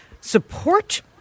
support